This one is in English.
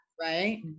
right